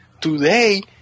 Today